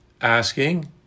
asking